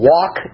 Walk